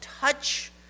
touch